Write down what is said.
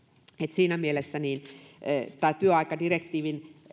siinä mielessä tämä työaikadirektiivin